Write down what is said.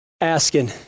asking